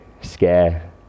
scare